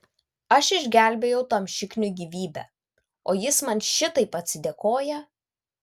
aš išgelbėjau tam šikniui gyvybę o jis man šitaip atsidėkoja